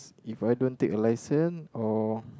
If I don't take a licence or